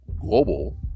global